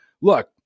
Look